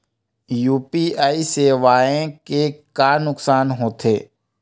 UPI सेवाएं के का नुकसान हो थे?